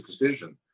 decision